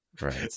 Right